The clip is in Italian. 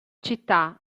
città